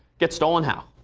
get stolen how?